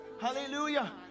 Hallelujah